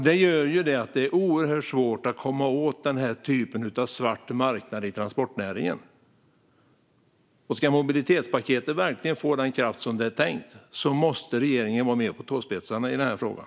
Det gör det oerhört svårt att komma åt den här typen av svart marknad i transportnäringen. Ska mobilitetspaketet verkligen få den kraft som det är tänkt måste regeringen vara mer på tåspetsarna i den här frågan.